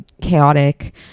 chaotic